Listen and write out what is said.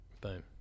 boom